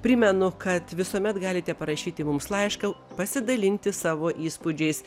primenu kad visuomet galite parašyti mums laišką pasidalinti savo įspūdžiais